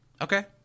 Okay